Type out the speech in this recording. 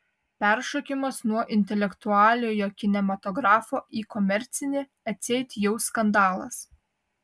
peršokimas nuo intelektualiojo kinematografo į komercinį atseit jau skandalas